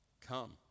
come